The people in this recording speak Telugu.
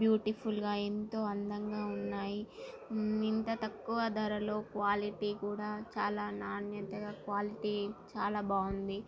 బ్యూటిఫుల్గా ఎంతో అందంగా ఉన్నాయి ఇంత తక్కువ ధరలో క్వాలిటీ కూడా చాలా నాణ్యతగా క్వాలిటీ చాలా బాగుంది